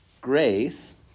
grace